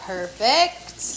Perfect